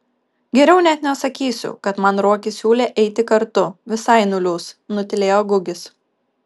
geriau net nesakysiu kad man ruokis siūlė eiti kartu visai nuliūs nutylėjo gugis